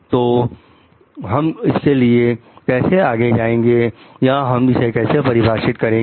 तो हम इसके लिए कैसे आगे जाएंगे या हम इसे कैसे परिभाषित करेंगे